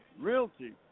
Realty